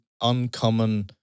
uncommon